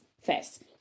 first